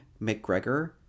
McGregor